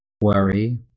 worry